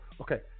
Okay